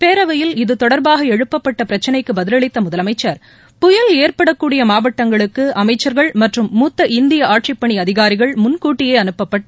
பேரவையில் இது தொடர்பாக எழுப்பப்பட்ட பிரச்சினைக்கு பதிலளித்த முதலமைச்சர் புயல் ஏற்படக்கூடிய மாவட்டங்களுக்கு அமைச்சர்கள் மற்றும் மூத்த இந்திய ஆட்சிப் பணி அதிகாரிகள் முன்கூட்டியே அனுப்பப்பட்டு